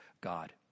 God